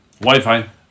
Wi-Fi